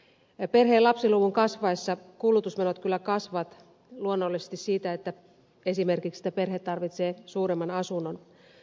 perheen lapsiluvun kasvaessa kulutusmenot kyllä kasvavat luonnollisesti esimerkiksi siitä että perhe tarvitsee suuremman asunnon